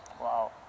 Wow